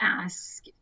ask